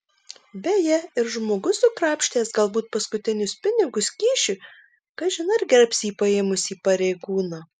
beje ir žmogus sukrapštęs galbūt paskutinius pinigus kyšiui kažin ar gerbs jį paėmusį pareigūną